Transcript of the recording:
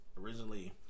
originally